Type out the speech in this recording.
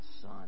son